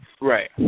Right